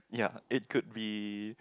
ya it could be